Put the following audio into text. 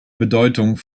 bedeutung